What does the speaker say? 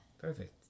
perfect